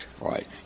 right